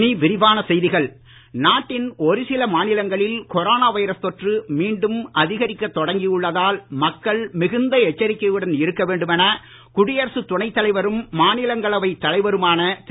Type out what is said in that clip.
இனி விரிவான செய்திகள் நாட்டின் ஒரு சில மாநிலங்களில் கொரோனா வைரஸ் தொற்று மீண்டும் அதிகரிக்க தொடங்கியுள்ளதால் மக்கள் மிகுந்த எச்சரிக்கையுடன் இருக்க வேண்டும் என குடியரசு துணை தலைவரும் மாநிலங்களவை தலைவருமான திரு